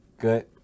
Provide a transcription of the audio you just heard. Good